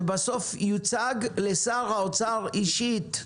שבסוף יוצג לשר האוצר אישית,